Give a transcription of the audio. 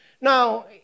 Now